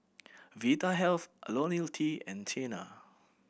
Vitahealth Ionil T and Tena